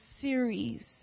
series